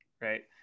right